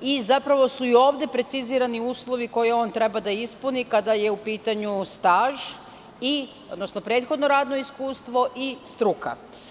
i zapravo su i ovde precizirani uslovi koje on treba da ispuni kada je u pitanju staž, odnosno prethodno radno iskustvo i struka.